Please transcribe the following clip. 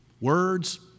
words